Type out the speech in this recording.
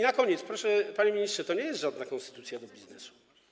Na koniec, panie ministrze - to nie jest żadna konstytucja dla biznesu.